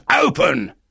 open